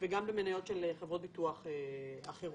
וגם במניות של חברות ביטוח אחרות,